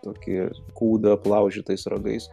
tokį kūdą aplaužytais ragais